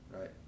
right